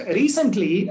recently